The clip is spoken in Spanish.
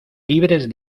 libres